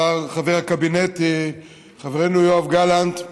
חבר הקבינט חברנו יואב גלנט,